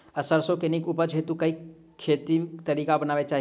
सैरसो केँ नीक उपज हेतु खेती केँ केँ तरीका अपनेबाक चाहि?